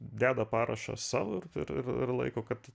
deda parašą savo ir ir ir laiko kad